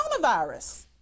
coronavirus